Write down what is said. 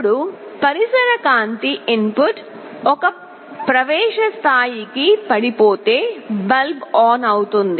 ఇప్పుడు పరిసర కాంతి ఇన్పుట్ ఒక ప్రవేశ స్థాయికి పడిపోతే బల్బ్ ఆన్ అవుతుంది